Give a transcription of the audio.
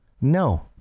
No